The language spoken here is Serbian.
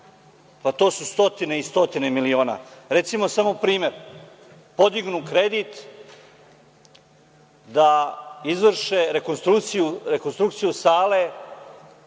Pa, to su stotine i stotine miliona. Recimo, samo primer – podignu kredit da izvrše rekonstrukciju sale